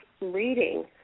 reading